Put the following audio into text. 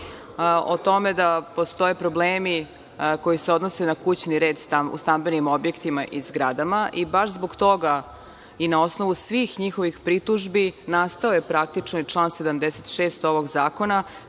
o tome da postoje problemi koji se odnose na kućni red u stambenim objektima i zgradama. Baš zbog toga i na osnovu svih njihovih pritužbi nastao je praktično član 76. ovog zakona